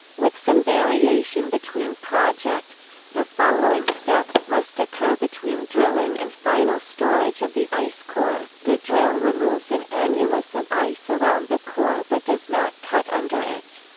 with some variation between projects, the following steps must occur between drilling and final storage of the ice core the drill removes an annulus of ice around the core but does not cut under it.